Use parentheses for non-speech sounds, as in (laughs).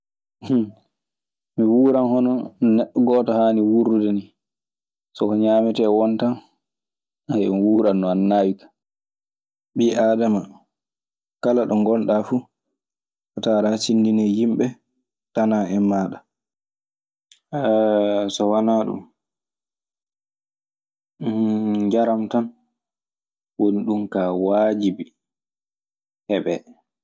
(laughs) Mi wuuran hono neɗɗo haani wuurdude nii. So ko ñaamete won tan, (hesitation) mi wuuran non. Ana naawi kaa. Ɓii aadama kala ɗo ngonɗaa fu, a tawan aɗe hasindinii yimɓe tanaa en maaɗa. So wanaa ɗun, (hesitation) njaran tan woni ɗun kaa waajibi heɓee.